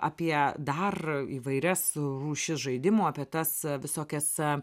apie dar įvairias rūšis žaidimų apie tas visokias